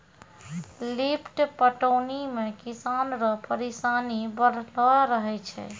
lift पटौनी मे किसान रो परिसानी बड़लो रहै छै